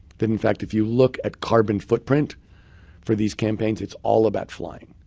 that in fact, if you look at carbon footprint for these campaigns, it's all about flying.